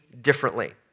differently